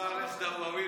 עושה עלייך דאווין.